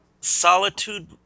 Solitude